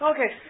Okay